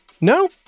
No